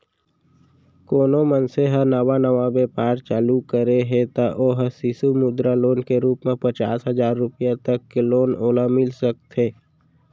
कोनो मनसे ह नवा नवा बेपार चालू करे हे त ओ ह सिसु मुद्रा लोन के रुप म पचास हजार रुपया तक के लोन ओला मिल सकथे